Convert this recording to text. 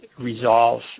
resolve